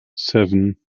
seven